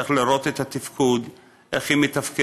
צריך לראות את התפקוד, איך היא מתפקדת,